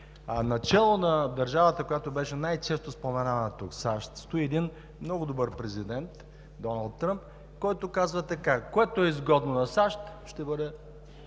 Начело на държавата, която беше най-често споменавана тук – САЩ, стои един много добър президент – Доналд Тръмп, който казва така: което е изгодно на САЩ, ще бъде